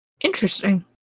Interesting